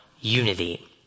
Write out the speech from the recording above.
unity